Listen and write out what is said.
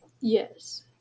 Yes